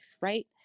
right